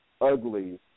ugly